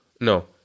no